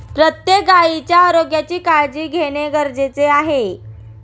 प्रत्येक गायीच्या आरोग्याची काळजी घेणे गरजेचे आहे